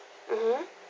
mmhmm